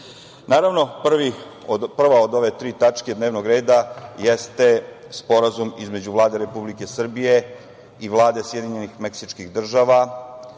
prva od ove tri tačke dnevnog reda jeste Sporazum između Vlade Republike Srbije i Vlade Sjedinjenih Meksičkih Država